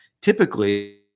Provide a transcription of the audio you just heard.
Typically